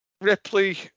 Ripley